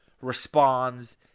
responds